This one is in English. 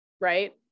right